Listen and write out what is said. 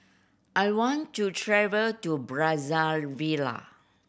I want to travel to Brazzaville